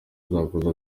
zakoze